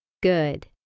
Good